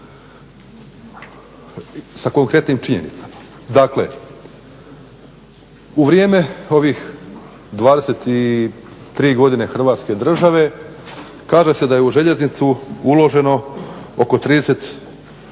sa konkretnim činjenicama. Dakle, u vrijeme ovih 23 godine Hrvatske države kaže se da je u željeznicu uloženo oko 30 milijardi